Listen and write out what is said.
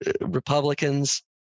Republicans